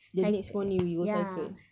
the next morning we go cycling